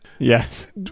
yes